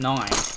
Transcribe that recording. Nine